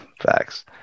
Facts